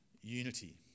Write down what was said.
unity